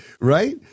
right